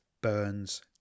burns